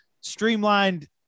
streamlined